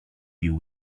few